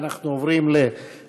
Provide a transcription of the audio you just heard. אנחנו עוברים לחקיקה.